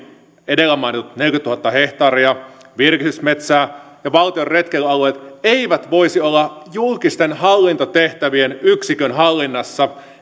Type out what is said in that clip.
edellä mainitut neljäkymmentätuhatta hehtaaria virkistysmetsää ja valtion retkeilyalueet eivät voisi olla julkisten hallintotehtävien yksikön hallinnassa eli